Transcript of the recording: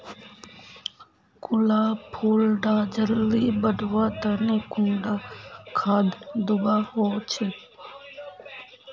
गुलाब फुल डा जल्दी बढ़वा तने कुंडा खाद दूवा होछै?